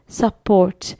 support